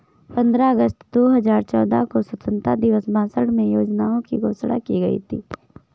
पन्द्रह अगस्त दो हजार चौदह को स्वतंत्रता दिवस भाषण में योजना की घोषणा की गयी थी